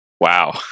Wow